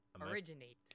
originate